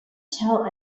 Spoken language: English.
tell